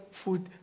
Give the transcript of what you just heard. food